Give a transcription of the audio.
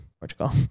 Portugal